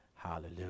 Hallelujah